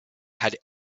had